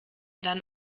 dann